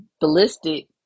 ballistic